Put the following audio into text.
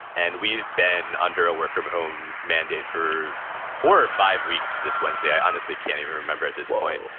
and we've been under a work from home mandate for four or five weeks this wednesday i honestly can't even remember at this point,